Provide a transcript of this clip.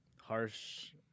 harsh